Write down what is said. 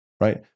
right